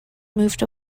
moved